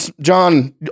John